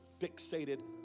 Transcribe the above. fixated